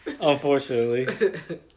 Unfortunately